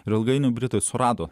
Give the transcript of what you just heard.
ir ilgainiui britų surado